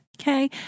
Okay